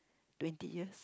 twenty years